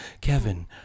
Kevin